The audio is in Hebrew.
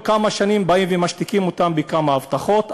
כל כמה שנים באים ומשתיקים אותם בכמה הבטחות.